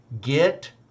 get